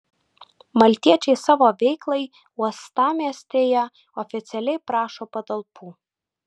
maltiečiai savo veiklai uostamiestyje oficialiai prašo patalpų